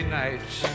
nights